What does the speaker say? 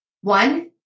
one